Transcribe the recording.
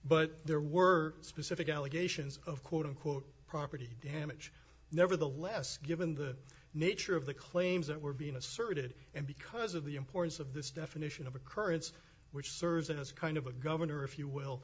but there were specific allegations of quote unquote property damage nevertheless given the nature of the claims that were being asserted and because of the importance of this definition of occurrence which serves as kind of a gov if you will